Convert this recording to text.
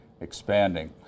expanding